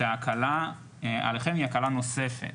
שההקלה עליכם היא הקלה נוספת,